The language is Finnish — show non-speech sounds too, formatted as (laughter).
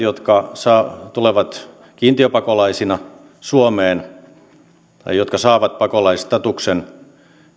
(unintelligible) jotka tulevat kiintiöpakolaisina suomeen tai jotka saavat pakolaisstatuksen